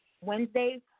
Wednesday